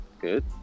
Good